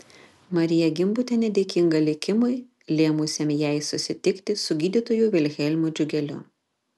marija gimbutienė dėkinga likimui lėmusiam jai susitikti su gydytoju vilhelmu džiugeliu